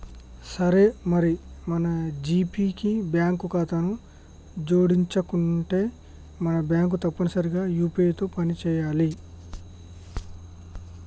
సరే మరి మన జీపే కి బ్యాంకు ఖాతాను జోడించనుంటే మన బ్యాంకు తప్పనిసరిగా యూ.పీ.ఐ తో పని చేయాలి